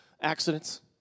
accidents